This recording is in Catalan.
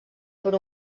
per